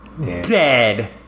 Dead